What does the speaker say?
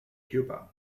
cuba